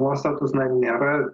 nuostatus na nėra